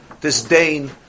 Disdain